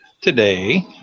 Today